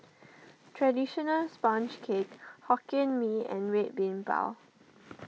Traditional Sponge Cake Hokkien Mee and Red Bean Bao